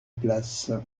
places